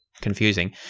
confusing